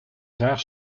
graag